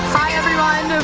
hi everyone.